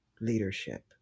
leadership